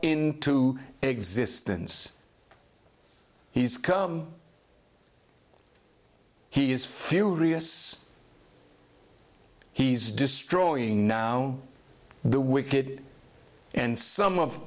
into existence he's come he is furious he's destroying the wicked and some of